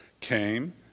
came